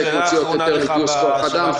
חלק מוציאות יותר לגיוס כוח אדם,